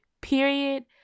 period